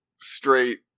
straight